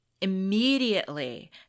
Immediately